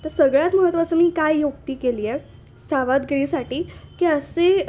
तर सगळ्यात महत्त्वाचं मी काय युक्ती केली आहे सावाधगिरीसाठी की असे